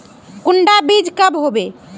कुंडा बीज कब होबे?